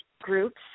groups